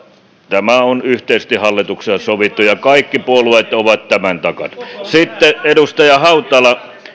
tämä on yhteisesti hallituksessa sovittu ja kaikki puolueet ovat tämän takana sitten edustaja hautala